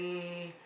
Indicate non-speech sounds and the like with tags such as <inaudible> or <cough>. <breath>